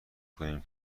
کنیم